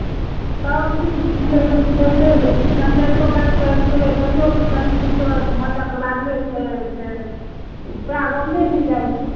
सभ चीज केलियै बैनडेजो केलियै तैयो कनि मचक लागले छै से पएर रोपले नहि जाइ छै